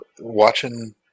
watching